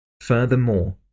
Furthermore